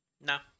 No